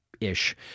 ish